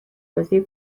بازی